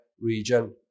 region